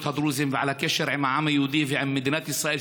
הדרוזים ועל הקשר עם העם היהודי ועם מדינת ישראל,